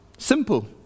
Simple